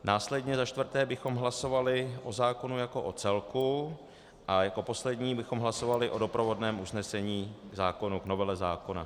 Následně za čtvrté bychom hlasovali o zákonu jako o celku a jako poslední bychom hlasovali o doprovodném usnesení k novele zákona.